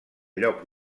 lloc